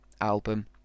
album